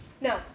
No